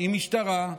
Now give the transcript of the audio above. עם המשטרה,